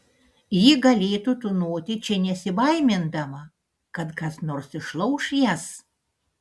ji galėtų tūnoti čia nesibaimindama kad kas nors išlauš jas